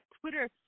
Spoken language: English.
Twitter